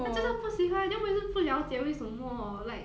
他就是不喜欢 then 我也是不了解为什么 like